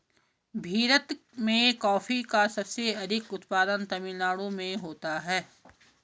भीरत में कॉफी का सबसे अधिक उत्पादन तमिल नाडु में होता है